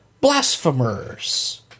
blasphemers